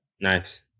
Nice